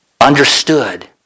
understood